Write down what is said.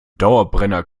dauerbrenner